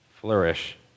Flourish